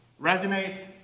Resonate